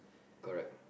correct